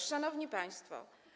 Szanowni Państwo!